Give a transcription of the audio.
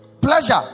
Pleasure